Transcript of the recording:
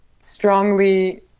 strongly